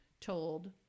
told